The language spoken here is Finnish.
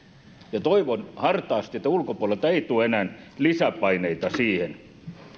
ja toivon hartaasti että ulkopuolelta ei tule enää lisäpaineita siihen